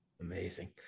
Amazing